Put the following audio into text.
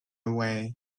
away